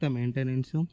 చెత్త మెయింటెనెన్స్